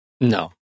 No